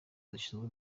zishinzwe